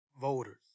voters